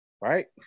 right